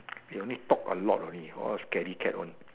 they only talk a lot only all scary cat one